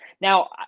Now